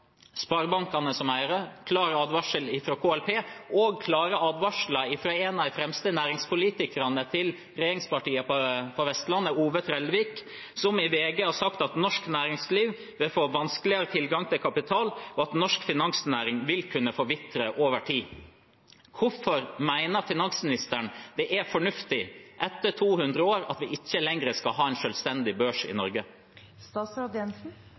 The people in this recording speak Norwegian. sparebankene som eiere, klar advarsel fra KLP og klare advarsler fra en av regjeringspartienes fremste næringspolitikere fra Vestlandet, Ove Trellevik, som i VG har sagt at norsk næringsliv vil få vanskeligere tilgang til kapital, og at norsk finansnæring vil kunne forvitre over tid. Hvorfor mener finansministeren det er fornuftig, etter 200 år, at vi ikke lenger skal ha en selvstendig børs i